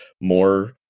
more